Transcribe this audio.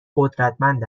قدرتمند